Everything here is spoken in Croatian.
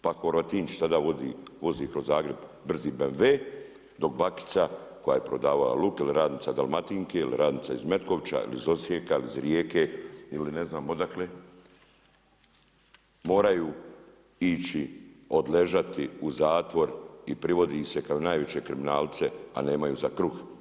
Pa Horvatinčić sada vozi kroz Zagreb brzi BMW dok bakica koja je prodavala luk ili radnica Dalmatinke ili radnica iz Metkovića, iz Osijeka, iz Rijeke ili ne znam odakle moraju ići odležati u zatvor i privodi ih se kao najveće kriminalce a nemaju za kruh.